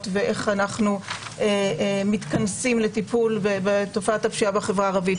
ואיך אנחנו מתכנסים לטיפול בתופעת הפשיעה בחברה הערבית,